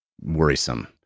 worrisome